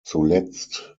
zuletzt